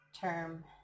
term